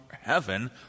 heaven